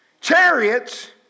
chariots